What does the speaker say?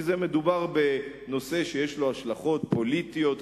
מדובר בנושא שיש לו השלכות פוליטיות,